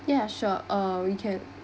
yeah sure uh we can